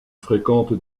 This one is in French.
fréquente